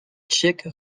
tchèque